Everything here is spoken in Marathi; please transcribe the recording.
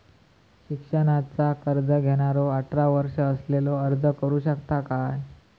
शिक्षणाचा कर्ज घेणारो अठरा वर्ष असलेलो अर्ज करू शकता काय?